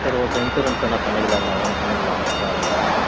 சரி okay insurance வேண்ணா பண்ணிக்கலாங்க ஒன்று பண்ணிக்கலாம் ஒன்றும் ப்ராப்ளம் இல்லை